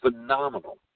phenomenal